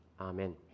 Amen